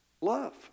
love